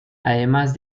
además